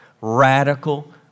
Radical